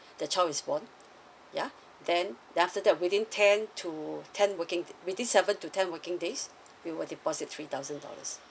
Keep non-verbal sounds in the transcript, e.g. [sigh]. the child is born yeah then then after that within ten to ten working [noise] within seven to ten working days we will deposit three thousand dollars